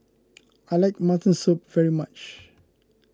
I like Mutton Soup very much